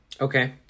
Okay